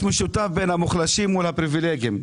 משותף בין המוחלשים מול הפריבילגים.